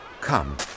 Come